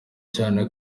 cyane